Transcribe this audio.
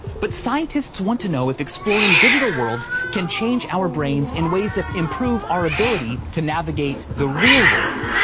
but scientists want to know if exploring digital worlds can change our brains in ways that improve our ability to navigate the real world.